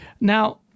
Now